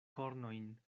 kornojn